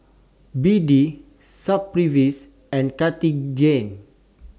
B D and Cartigain